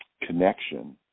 connection